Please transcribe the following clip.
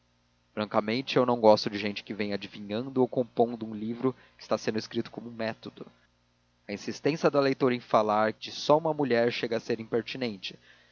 francamente eu não gosto de gente que venha adivinhando e compondo um livro que está sendo escrito com método a insistência da leitora em falar de uma só mulher chega a ser impertinente